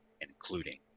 including